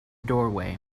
doorway